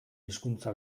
hizkuntza